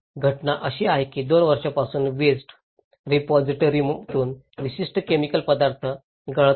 घटना अशी आहे की दोन वर्षांपासून वेस्ट रेपॉजिटरीतून विशिष्ट केमिकल पदार्थ गळत होता